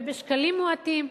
ובשקלים מועטים.